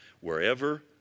wherever